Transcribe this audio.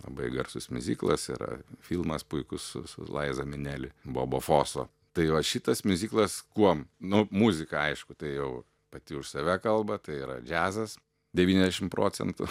labai garsus miuziklas yra filmas puikus su su laiza mineli bobo foso tai va šitas miuziklas kuom nu muzika aišku tai jau pati už save kalba tai yra džiazas devyniasdešim procentų